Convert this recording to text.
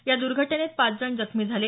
या द्र्घटनेत पाच जण जखमी झाले